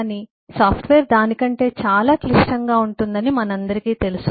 కానీ సాఫ్ట్వేర్ దాని కంటే చాలా క్లిష్టంగా ఉంటుందని మనందరికీ తెలుసు